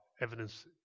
evidence